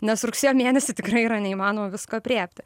nes rugsėjo mėnesį tikrai yra neįmanoma visko aprėpti